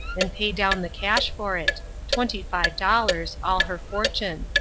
and pay down the cash for it twenty-five dollars, all her fortune.